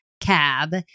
cab